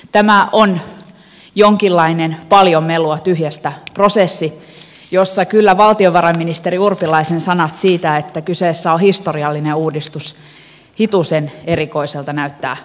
tämä on jonkinlainen paljon melua tyhjästä prosessi jossa kyllä valtiovarainministeri urpilaisen sanat siitä että kyseessä on historiallinen uudistus hitusen erikoisilta näyttävät lopputuloksen valossa